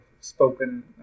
spoken